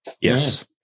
Yes